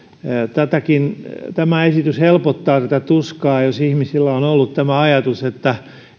tämä esitys helpottaa tätä tuskaa jos ihmisillä on ollut tämä ajatus että